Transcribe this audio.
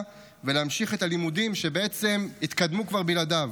ולהמשיך את הלימודים’ שבעצם התקדמו כבר בלעדיו.